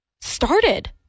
started